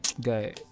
guy